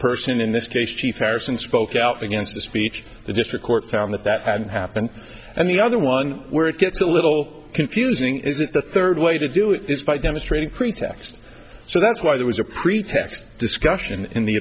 person in this case chief erickson spoke out against the speech the district court found that that had happened and the other one where it gets a little confusing is that the third way to do it this by demonstrating pretext so that's why there was a pretext discussion in the